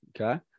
Okay